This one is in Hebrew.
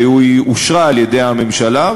והיא אושרה על-ידי הממשלה.